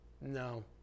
no